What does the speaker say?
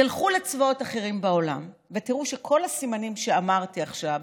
תלכו לצבאות אחרים בעולם ותראו שכל הסימנים שאמרתי עכשיו ומניתי,